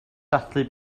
dathlu